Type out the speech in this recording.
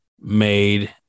made